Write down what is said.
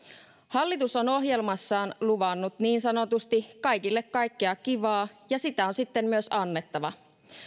hallitus on ohjelmassaan luvannut niin sanotusti kaikille kaikkea kivaa ja sitä on sitten myös annettava